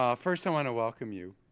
um first i want to welcome you.